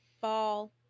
fall